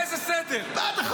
איזה סדר?